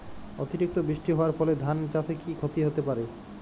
অতিরিক্ত বৃষ্টি হওয়ার ফলে ধান চাষে কি ক্ষতি হতে পারে?